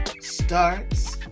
starts